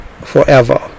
forever